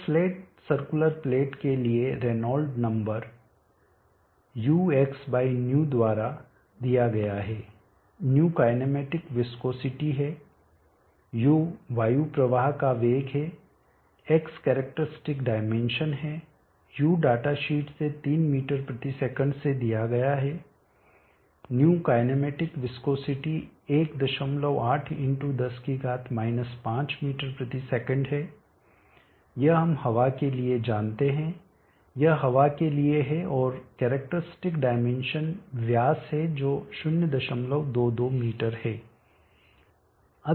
तो flat circular plate के लिए रेनॉल्ड्स नंबर uXϑ द्वारा दिया गया है ϑ काईनैमेटिक विस्कोसिटी है u वायु प्रवाह का वेग है X कैरेक्टरिस्टिक डायमेंशन है u डाटा शीट से 3 msec से दिया गया है ϑ काईनैमेटिक विस्कोसिटी 18×10 5 msec है यह हम हवा के लिए जानते हैं यह हवा के लिए है और कैरेक्टरिस्टिक डायमेंशन व्यास है जो 022 मीटर है